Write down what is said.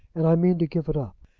and i mean to give it up.